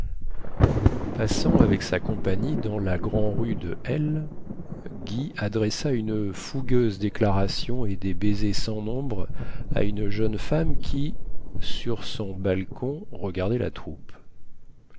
passant avec sa compagnie dans la grand rue de l guy adressa une fougueuse déclaration et des baisers sans nombre à une jeune femme qui sur son balcon regardait la troupe